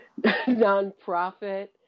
nonprofit